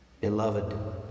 Beloved